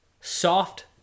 soft